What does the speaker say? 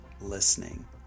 listening